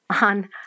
on